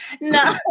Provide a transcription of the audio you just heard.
No